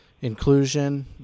inclusion